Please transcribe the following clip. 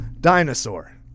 dinosaur